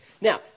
Now